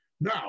Now